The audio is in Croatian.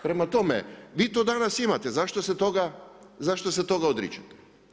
Prema tome, vi to danas imate, zašto se toga odričete?